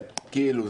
כאילו,